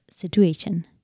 situation